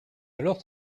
alors